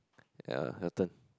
ya your turn